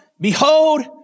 Behold